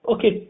Okay